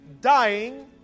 Dying